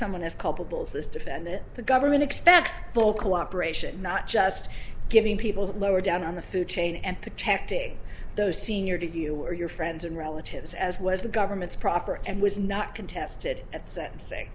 defendant the government expects full cooperation not just giving people lower down on the food chain and protecting those senior to you or your friends and relatives as was the government's proffer and was not contested at sentencing